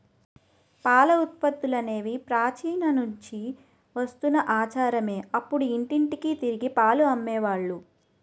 పాల ఉత్పత్తులనేవి ప్రాచీన నుంచి వస్తున్న ఆచారమే అప్పుడు ఇంటింటికి తిరిగి పాలు అమ్మే వాళ్ళు